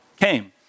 came